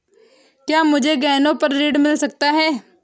क्या मुझे गहनों पर ऋण मिल सकता है?